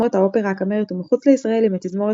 תזמורת האופרה הקאמרית ומחוץ לישראל עם התזמורת